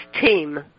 team